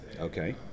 okay